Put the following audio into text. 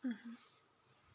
mmhmm